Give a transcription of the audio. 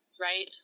right